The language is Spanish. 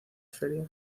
feria